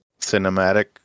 cinematic